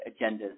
agendas